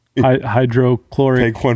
hydrochloric